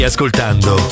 Ascoltando